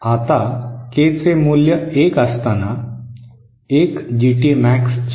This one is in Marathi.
आता के चे मूल्य एक असताना 1 जीटी मॅक्स सुद्धा 1 होईल